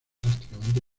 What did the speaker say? drásticamente